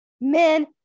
men